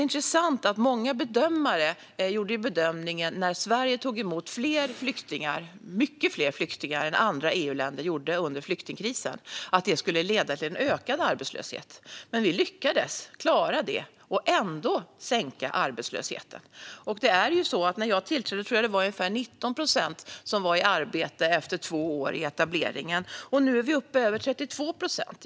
När Sverige under flyktingkrisen tog emot fler flyktingar - mycket fler flyktingar - än andra EU-länder var det många som gjorde bedömningen att detta skulle leda till en ökad arbetslöshet. Men vi lyckades klara det och ändå sänka arbetslösheten. När jag tillträdde var det, tror jag, ungefär 19 procent som var i arbete efter två år i etableringen. Nu är vi uppe i över 32 procent.